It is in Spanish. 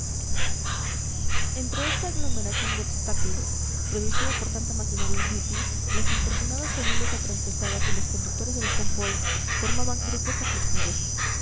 entre esta aglomeración de obstáculos producida por tanta maquinaria inútil las infortunadas familias afrancesadas y los conductores del convoy formaban grupos aflictivos